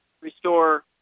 restore